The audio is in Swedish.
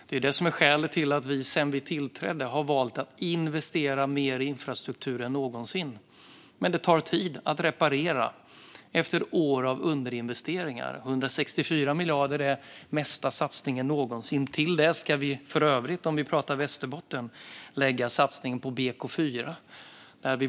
Det är det som är skälet till att vi sedan vi tillträdde har valt att investera mer i infrastruktur än någonsin. Men det tar tid att reparera efter år av underinvesteringar. 164 miljarder är den största satsningen någonsin. Till det ska vi för övrigt, om vi pratar om Västerbotten, lägga satsningen på BK4.